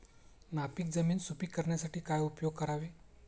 नापीक जमीन सुपीक करण्यासाठी काय उपयोग करावे?